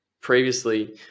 previously